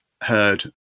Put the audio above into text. heard